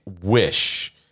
wish